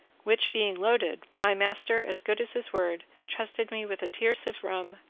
which being loaded, my master, as good as his word, trusted me with a tierce of rum,